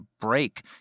break